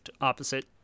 opposite